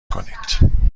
کنید